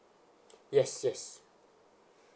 yes yes